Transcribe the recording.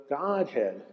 Godhead